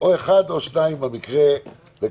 אחד או שניים בקדנציה.